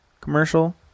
commercial